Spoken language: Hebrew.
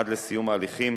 עד לסיום ההליכים